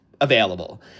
available